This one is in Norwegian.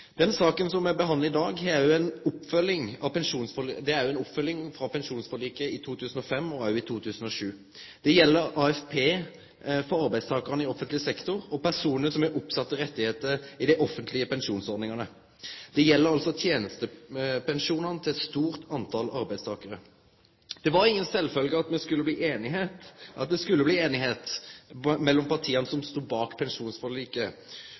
Den saka som me behandlar i dag, er òg ei oppfølging av pensjonsforliket frå 2005 og 2007. Det gjeld AFP for arbeidstakarane i offentleg sektor, og personar som har rettar i dei offentlege pensjonsordningane. Det gjeld tenestepensjonane til eit stort tal arbeidstakarar. Det var ikkje sjølvsagt at det skulle bli einigheit mellom dei partia som stod bak pensjonsforliket,